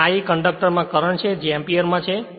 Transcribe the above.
અને I કંડકટરોમાં current છે જે એમ્પીયર માં છે